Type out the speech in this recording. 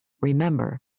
Remember